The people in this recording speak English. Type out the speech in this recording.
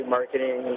Marketing